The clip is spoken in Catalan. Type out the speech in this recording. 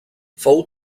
fou